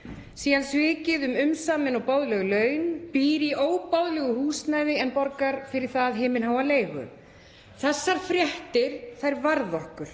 síðan svikin um umsamin og boðleg laun, búa í óboðlegu húsnæði en borga fyrir það himinháa leigu. Þessar fréttir, þær varða okkur.